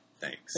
Thanks